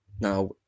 Now